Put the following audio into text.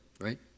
right